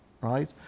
right